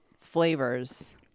flavors